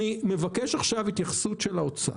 אני מבקש את התייחסות האוצר: